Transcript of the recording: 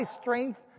strength